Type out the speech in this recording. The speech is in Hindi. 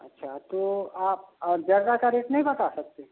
अच्छा तो आप और ज़र्दा का रेट नहीं बता सकते